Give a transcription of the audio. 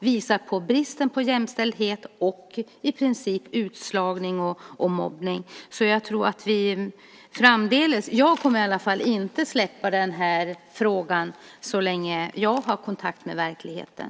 visar på bristen på jämställdhet och i princip visar på utslagning och mobbning. Jag kommer i alla fall inte att släppa den här frågan så länge jag har kontakt med verkligheten.